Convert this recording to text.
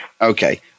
Okay